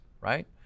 right